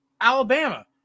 Alabama